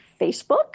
Facebook